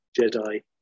Jedi